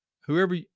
whoever